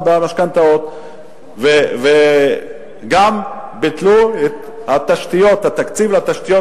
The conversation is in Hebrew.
במשכנתאות וגם ביטלו את התקציב לתשתיות,